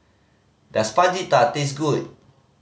does Fajita taste good